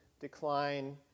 decline